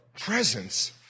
presence